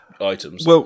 items